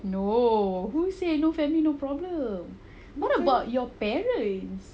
no who say no family no problem what about your parents